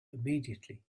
immediately